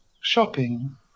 shopping